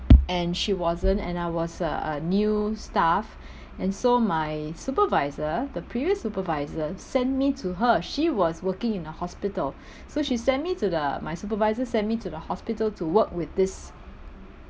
and she wasn't and I was uh a new staff and so my supervisor the previous supervisor sent me to her she was working in a hospital so she sent me to the my supervisor sent me to the hospital to work with this